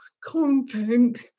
content